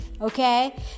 okay